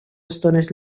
estones